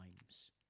times